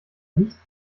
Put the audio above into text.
nicht